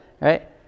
right